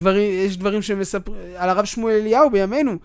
יש דברים שהם מספרים על הרב שמואל אליהו בימינו